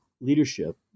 leadership